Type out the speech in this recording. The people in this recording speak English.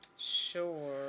Sure